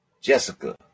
jessica